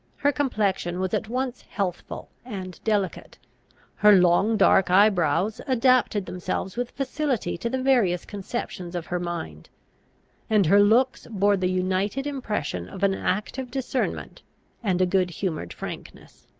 her complexion was at once healthful and delicate her long dark eye-brows adapted themselves with facility to the various conceptions of her mind and her looks bore the united impression of an active discernment and a good-humoured frankness.